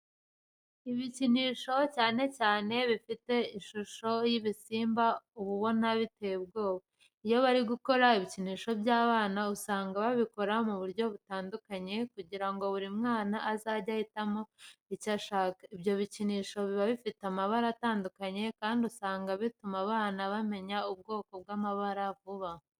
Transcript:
Ibikinisho cyane cyane ibifite ishusho z'ibisimba uba ubona biteye ubwoba. Iyo bari gukora ibikinisho by'abana usanga babikora mu buryo butandukanye kugira ngo buri mwana azajye ahitamo icyo ashaka. Ibyo bikinisho biba bifite amabara atandukanye kandi usanga bituma abana bamenya ubwoko bw'amabara vuba.